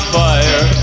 fire